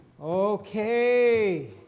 Okay